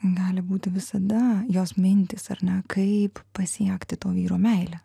gali būti visada jos mintys ar ne kaip pasiekti to vyro meilę